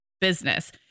business